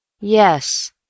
Yes